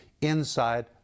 inside